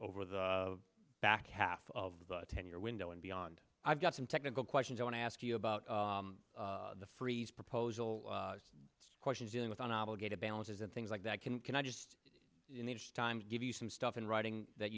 over the back half of a ten year window and beyond i've got some technical questions i want to ask you about the freeze proposal questions dealing with on obligated balances and things like that can can i just times give you some stuff in writing that